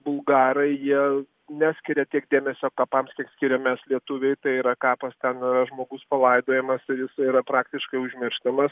bulgarai jie neskiria tiek dėmesio kapams kiek skiriam mes lietuviai tai yra kapas ten žmogus palaidojamas ir jis yra praktiškai užmirštamas